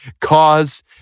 Cause